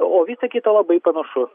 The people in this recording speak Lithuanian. o visa kita labai panašu